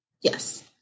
Yes